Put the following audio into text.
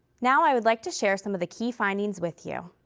now i would like to share some of the key findings with you.